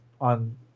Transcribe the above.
on